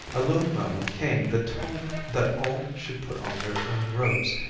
a low murmur came that told that all should put on their own robes,